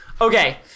Okay